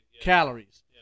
calories